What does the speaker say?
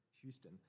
Houston